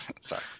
Sorry